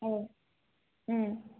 औ